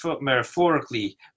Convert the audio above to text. metaphorically